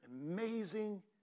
amazing